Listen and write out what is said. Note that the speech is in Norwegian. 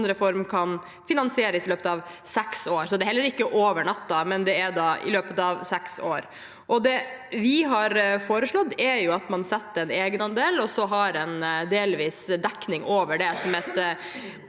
sånn reform da kan finansieres løpet av seks år. Så det er heller ikke over natten, men det er i løpet av seks år. Det vi har foreslått, er at man setter en egenandel og så har en delvis dekning over det, som –